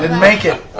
and make it.